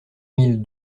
mille